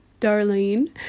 Darlene